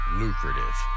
lucrative